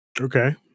Okay